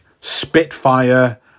Spitfire